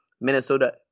Minnesota